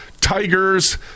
tigers